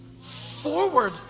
forward